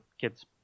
kids